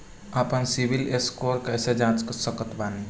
आपन CIBIL score कैसे जांच सकत बानी?